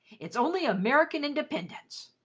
it's only american independence!